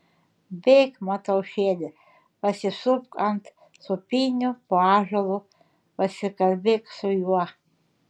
bėk mataušėli pasisupk ant sūpynių po ąžuolu pasikalbėk su juo